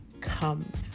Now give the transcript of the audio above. comes